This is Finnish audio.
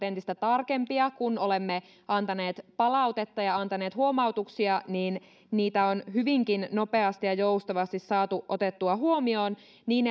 entistä tarkempia kun olemme antaneet palautetta ja antaneet huomautuksia niin niitä on hyvinkin nopeasti ja joustavasti saatu otettua huomioon niin